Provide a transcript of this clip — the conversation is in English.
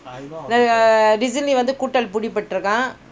ah வந்துகூட்டாளிபிடிபட்டருக்கான்:vandhu koottaali pidipattrukkan